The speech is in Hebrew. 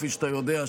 כפי שאתה יודע,